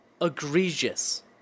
egregious